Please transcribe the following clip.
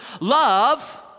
Love